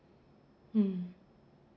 mm